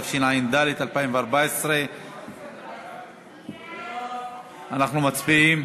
התשע"ד 2014. אנחנו מצביעים